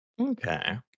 Okay